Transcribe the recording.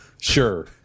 Sure